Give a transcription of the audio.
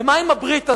ומה עם הברית הזאת?